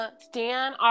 stan